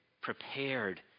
prepared